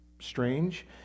strange